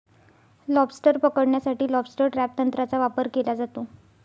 lobster पकडण्यासाठी lobster trap तंत्राचा वापर केला जातो